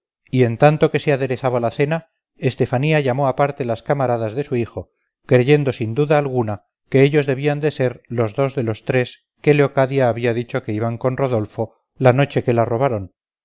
y en tanto que se aderezaba la cena estefanía llamó aparte las camaradas de su hijo creyendo sin duda alguna que ellos debían de ser los dos de los tres que leocadia había dicho que iban con rodolfo la noche que la robaron